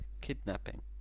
Kidnapping